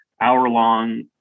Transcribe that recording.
hour-long